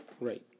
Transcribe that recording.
Right